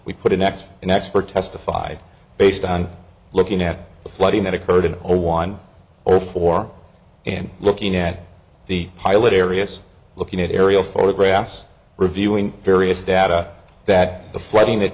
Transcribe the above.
we put it next to an expert testified based on looking at the flooding that occurred in zero one zero four and looking at the pilot areas looking at aerial photographs reviewing various data that the flooding that